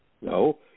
no